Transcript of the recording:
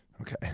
okay